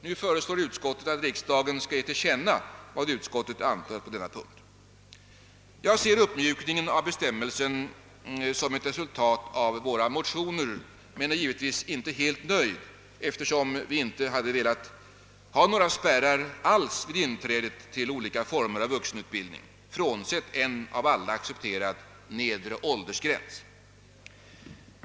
Nu föreslår utskottet, att riksdagen skall ge till känna vad utskottet anfört på denna punkt, Jag ser uppmjukningen av bestämmelsen som ett resultat av våra motioner men är givetvis inte helt nöjd, eftersom vi inte hade velat ha några spärrar alls för inträdet till olika former av vuxenutbildning, frånsett en av alla accepterad nedre åldersgräns.